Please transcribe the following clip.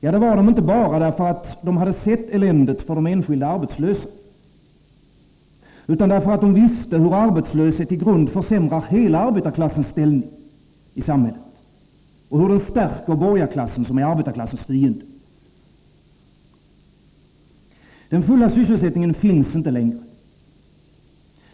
Det var den inte bara därför att den sett eländet för de enskilda arbetslösa, utan därför att den visste hur arbetslöshet i grund försämrar hela arbetarklassens ställning i samhället och hur den stärker borgarklassen, som är arbetarklassens fiende. Den fulla sysselsättningen finns inte längre.